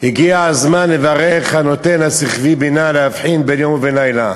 הגיע הזמן לברך "הנותן לשכווי בינה להבחין בין יום ובין לילה".